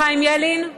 חיים ילין?